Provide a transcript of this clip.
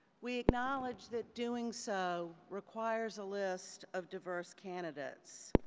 we acknowledge that doing so requires a list of diverse candidates